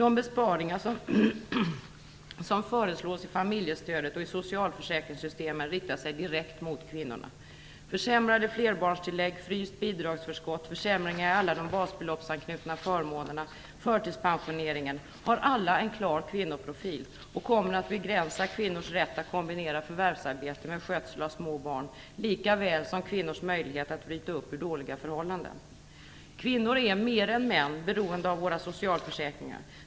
De besparingar som föreslås i familjestödet och i socialförsäkringssystemen riktar sig nämligen direkt mot kvinnorna. Försämrade flerbarnstillägg, fryst bidragsförskott, försämringar i alla de basbeloppsanknutna förmånerna och försämringar i förtidspensioneringen har alla en klar kvinnoprofil och kommer att begränsa kvinnors rätt att kombinera förvärvsarbete med skötsel av små barn lika väl som kvinnors möjlighet att bryta upp ur dåliga förhållanden. Kvinnor är mer än män beroende av våra socialförsäkringar.